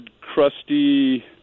crusty